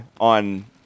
on